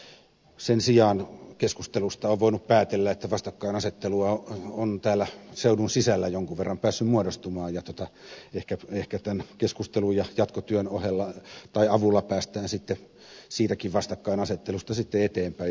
sen sijaan keskustelusta on voinut päätellä että vastakkainasettelua on täällä seudun sisällä jonkun verran päässyt muodostumaan ja ehkä tämän keskustelun ja jatkotyön ohella tai avulla päästään sitten siitäkin vastakkainasettelusta sitten eteenpäin ja rakentaviin ratkaisuihin